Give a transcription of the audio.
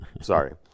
Sorry